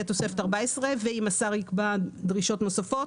התוספת הארבע-עשרה ואם השר יקבע דרישות נוספות,